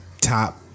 Top